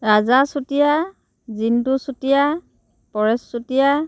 Raja Chutiya Jintu Chutiya Paresh Chutia